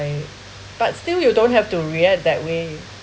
I but still you don't have to react that way